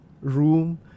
room